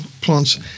plants